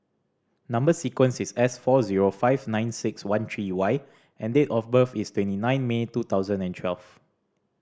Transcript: number sequence is S four zero five nine six one three Y and date of birth is twenty nine May two thousand and twelve